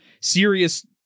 serious